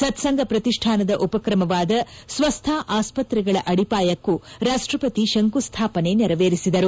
ಸತ್ಪಂಗ ಪ್ರತಿಷ್ಣಾನದ ಉಪಕ್ರಮವಾದ ಸ್ವಸ್ಥಾ ಆಸ್ವತ್ರೆಗಳ ಅಡಿಪಾಯಕ್ಕೂ ರಾಷ್ವಪತಿ ಶಂಕು ಸ್ಥಾಪನೆ ನೆರವೇರಿಸಿದರು